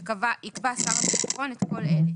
שיקבע שר הביטחון את כל אלה: